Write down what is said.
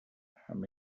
همه